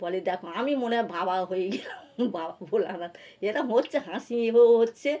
বলে দেখো আমি মনে হয় বাবা হয়ে গেলাম বাবা ভোলানাথ এরকম হচ্ছে হাসি এবং হচ্ছে